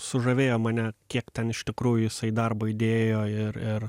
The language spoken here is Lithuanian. sužavėjo mane kiek ten iš tikrųjų jisai darbo įdėjo ir ir